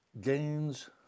gains